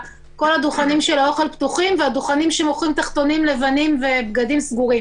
אנחנו נאכוף ונדאג שהדברים יעבדו כסדרם.